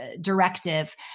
directive